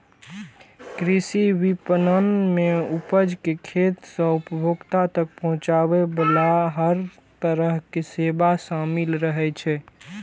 कृषि विपणन मे उपज कें खेत सं उपभोक्ता तक पहुंचाबे बला हर तरहक सेवा शामिल रहै छै